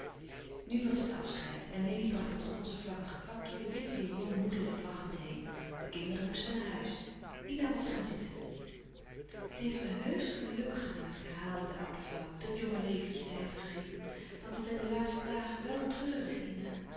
nu was het het afscheid en lili bracht het rozevlakkige pakje wit weêr jongmoederlijk lachend heen de kinderen moesten naar huis ina was gaan zitten het heeft me heusch gelukkig gemaakt herhaalde de oude vrouw dat jonge leventje te hebben gezien want ik ben de laatste dagen wel treurig ina